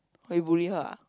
orh you bully her ah